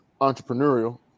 entrepreneurial